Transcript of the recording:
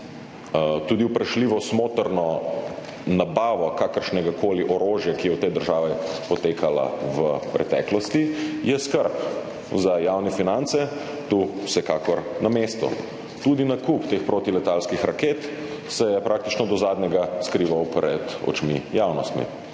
tudi vprašljivo smotrno nabavo kakršnegakoli orožja, ki je v tej državi potekala v preteklosti, je skrb za javne finance tu vsekakor na mestu. Tudi nakup teh protiletalskih raket se je praktično do zadnjega skrival pred očmi javnostmi.